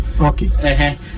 Okay